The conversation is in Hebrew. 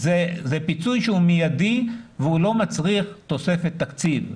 זה פיצוי שהוא מיידי ולא מצריך תוספת תקציב.